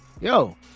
yo